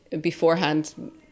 beforehand